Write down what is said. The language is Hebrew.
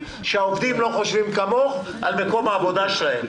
שהעובדים לא חושבים כמוך על מקום העבודה שלהם.